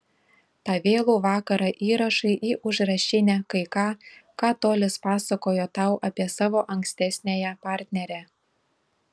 tą vėlų vakarą įrašai į užrašinę kai ką ką tolis pasakojo tau apie savo ankstesniąją partnerę